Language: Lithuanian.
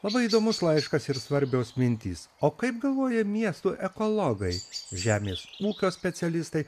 labai įdomus laiškas ir svarbios mintys o kaip galvoja miestų ekologai žemės ūkio specialistai